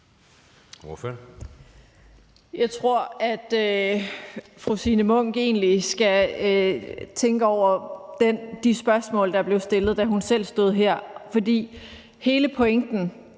Jeg tror, at fru Signe Munk egentlig skal tænke over de spørgsmål, der blev stillet, da hun selv stod her, for hele pointen